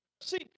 See